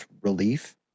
relief